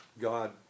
God